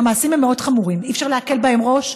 המעשים הם מאוד חמורים, אי-אפשר להקל בהם ראש.